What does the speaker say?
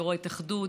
יו"ר ההתאחדות,